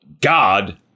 God